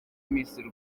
miss